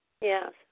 Yes